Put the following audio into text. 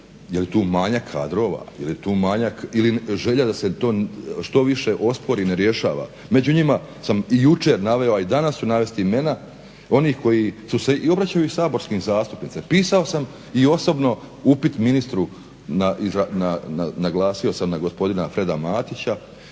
je li tu manjak kadrova ili želja da se to što više ospori i ne rješava. Među njima sam i jučer naveo, a i danas ću navesti imena onih koji se i obraćaju saborskim zastupnicima, pisao sam i osobno upit ministru, naglasio sam na gospodina Freda Matića